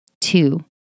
Two